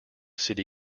city